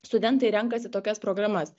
studentai renkasi tokias programas